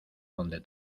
dónde